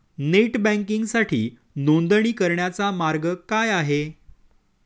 Net बँकिंगसाठी नोंदणी करण्याचा मार्ग काय आहे?